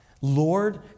Lord